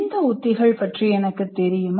இந்த உத்திகள் பற்றி எனக்குத் தெரியுமா